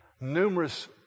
numerous